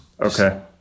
Okay